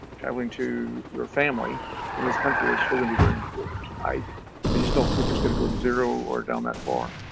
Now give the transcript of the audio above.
traveling to your family in this country is still going to be very important. i i just don't think it's going to go to zero or down that far.